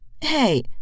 Hey